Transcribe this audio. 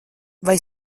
vai